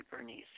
Bernice